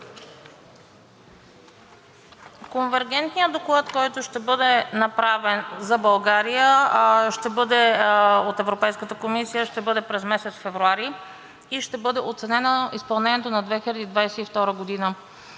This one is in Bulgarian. Конвергентният доклад, който ще бъде направен за България, ще бъде от Европейската комисия, ще бъде през месец февруари и ще бъде оценено изпълнението за 2022 г.